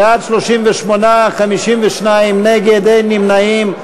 בעד, 38, 52 נגד, אין נמנעים.